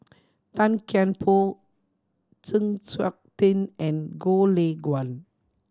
Tan Kian Por Chng Seok Tin and Goh Lay Kuan